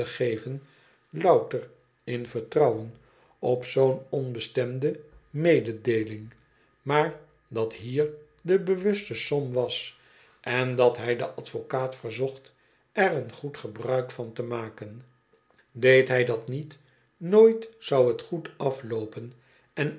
geven louter in vertrouwen op zoo'n onbestemde mededeeling maar dat hier de bewuste som was en dat hij den advocaat verzocht er een goed gebruik van te maken deed hij dat niet nooit zou hot goed afloopen en